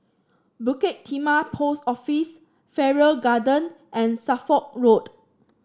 Bukit Timah Post Office Farrer Garden and Suffolk Road